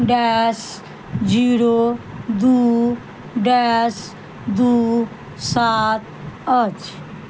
dash zero दू dash दू सात अछि